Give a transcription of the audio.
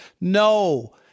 No